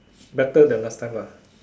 better than last time lah